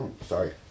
sorry